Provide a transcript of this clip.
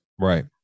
right